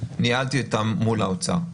ניהלתי אותם מול האוצר.